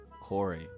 Corey